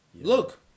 look